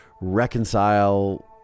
reconcile